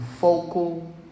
focal